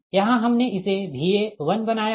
यहाँ हमने इसे Va1 बनाया है